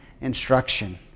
instruction